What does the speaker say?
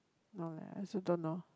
no lah I also don't know